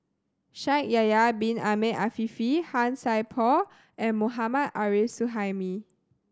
Shaikh Yahya Bin Ahmed Afifi Han Sai Por and Mohammad Arif Suhaimi